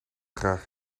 graag